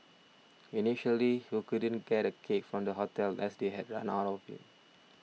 initially he couldn't get a cake from the hotel as they had run out of it